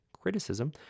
criticism